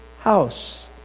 house